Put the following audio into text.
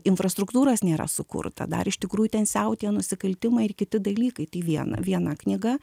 infrastruktūros nėra sukurta dar iš tikrųjų ten siautėja nusikaltimai ir kiti dalykai tai viena viena knyga